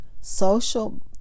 social